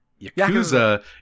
Yakuza